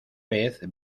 vez